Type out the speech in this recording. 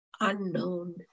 unknown